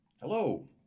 Hello